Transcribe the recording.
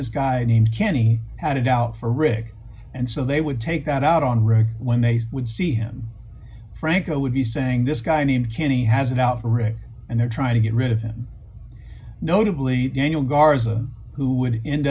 this guy named kenny had it out for rick and so they would take that out on rick when they would see him franco would be saying this guy named kenny has it out for rick and they're trying to get rid of him notably daniel garza who would end